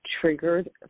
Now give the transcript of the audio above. triggered